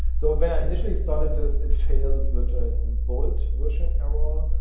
so when i initially started this it failed within bolt version error, ah